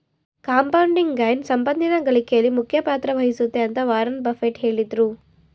compounding gain ಸಂಪತ್ತಿನ ಗಳಿಕೆಯಲ್ಲಿ ಮುಖ್ಯ ಪಾತ್ರ ವಹಿಸುತ್ತೆ ಅಂತ ವಾರನ್ ಬಫೆಟ್ ಹೇಳಿದ್ರು